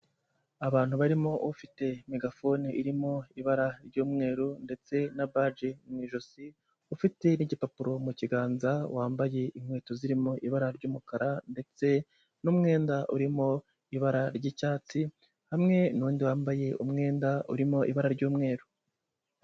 Abantu barimo ufite megafone irimo ibara ry'umweru ndetse na baje mu ijosi, ufite n'igikapuro mu kiganza, wambaye inkweto zirimo ibara ry'umukara ndetse n'umwenda urimo ibara ry'icyatsi, hamwe n'undi wambaye umwenda urimo ibara ry'umweru.